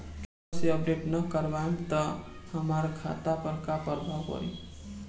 KYC ना update करवाएम त हमार खाता पर का प्रभाव पड़ी?